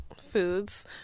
foods